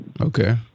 Okay